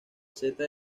seta